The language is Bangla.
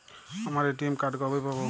আমার এ.টি.এম কার্ড কবে পাব?